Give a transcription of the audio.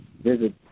visit